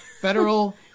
federal